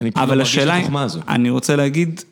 אבל השאלה היא, אני רוצה להגיד...